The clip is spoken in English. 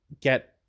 get